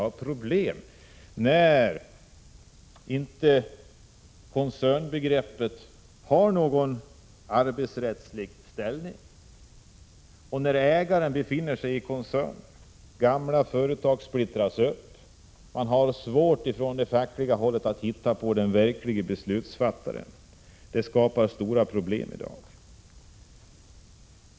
När ägaren är en koncern har arbetsrätten en svag ställning. Gamla företag splittras upp, och man har på fackligt håll svårt att hitta den verklige beslutsfattaren. Detta skapar i dag stora problem.